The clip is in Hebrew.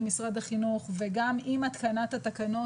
של משרד החינוך וגם עם התקנת התקנות,